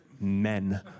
men